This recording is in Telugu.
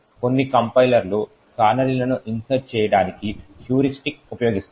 కొన్ని కంపైలర్లు కానరీలను ఇన్సర్ట్ చేయడానికి హ్యూరిస్టిక్స్ ఉపయోగిస్తాయి